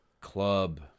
club